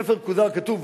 בספר "הכוזרי" כתוב: